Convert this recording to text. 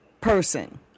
person